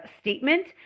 statement